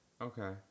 Okay